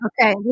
Okay